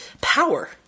power